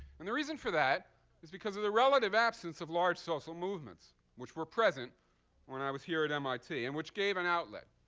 and the reason for that is because of the relative absence of large social movements which were present when i was here at mit and which gave an outlet.